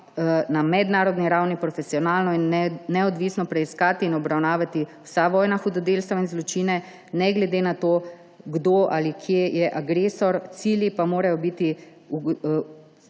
na mednarodni ravni profesionalno in neodvisno preiskati in obravnavati vsa vojna hudodelstva in zločine ne glede na to, kdo ali kje je agresor, cilj pa mora biti